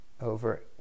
over